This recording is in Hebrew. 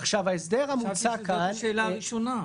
חשבתי שזאת השאלה הראשונה.